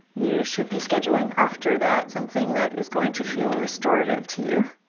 you should be scheduling after that, something that is going to feel a restorative to you